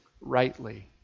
rightly